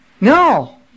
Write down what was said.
No